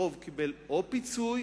הרוב קיבל או פיצוי